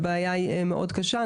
הבעיה היא מאוד קשה.